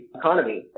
economy